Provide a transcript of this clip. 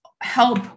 help